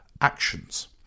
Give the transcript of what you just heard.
actions